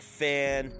fan